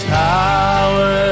power